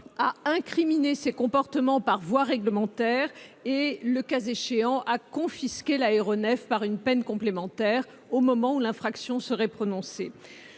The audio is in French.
à incriminer ces comportements par voie réglementaire et, le cas échéant, à confisquer l'aéronef par une peine complémentaire au moment où l'infraction sera commise.